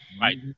Right